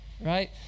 right